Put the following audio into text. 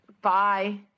bye